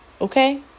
Okay